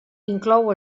inclou